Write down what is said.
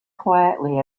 quietly